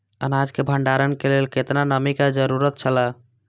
अनाज के भण्डार के लेल केतना नमि के जरूरत छला?